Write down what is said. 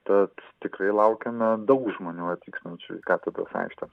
tad tikrai laukiame daug žmonių atvykstančių į katedros aikštę